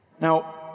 Now